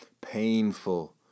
painful